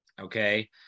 Okay